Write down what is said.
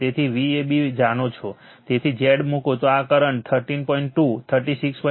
તેથી Vab જાણો તેથી Z મૂકો તો આ કરંટ 13